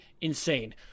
insane